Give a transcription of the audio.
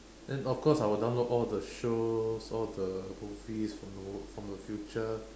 then of course I will download all the shows all the movies from the war from the future